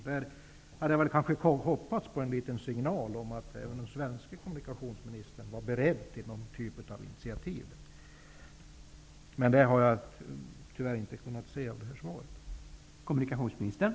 Jag hade kanske hoppats på en signal om att även den svenske kommunikationsministern var beredd att ta något slags initiativ, men jag har tyvärr inte kunnat se någon sådan i det här svaret.